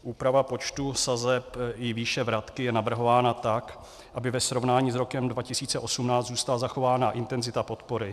Úprava počtu sazeb i výše vratky je navrhována tak, aby ve srovnání s rokem 2018 zůstala zachována intenzita podpory.